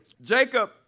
Jacob